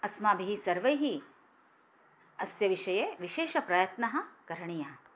अस्माभिः सर्वैः अस्य विषये विशेषप्रयत्नः करणीयः